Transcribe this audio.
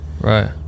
right